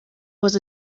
was